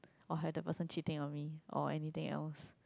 or have the person cheating on me or anything else